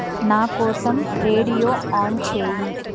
నా కోసం radio on చేయి